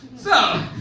so,